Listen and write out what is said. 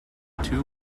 two